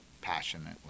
Passionately